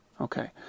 Okay